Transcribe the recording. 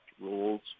rules